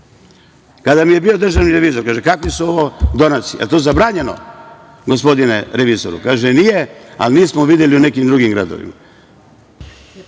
Kada je meni bio državni revizor, kaže – kakve su ove donacije? Jel to zabranjeno, gospodine revizoru? Kaže – nije, ali nismo videli u nekim drugim gradovima.